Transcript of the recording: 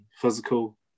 physical